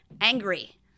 angry